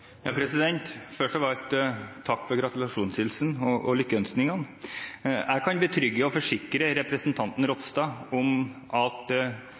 Først av alt takk for gratulasjonshilsenen og lykkeønskningene. Jeg kan betrygge og forsikre representanten Ropstad om at